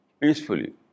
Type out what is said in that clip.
peacefully